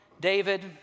David